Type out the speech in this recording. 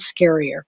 scarier